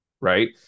right